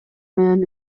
менен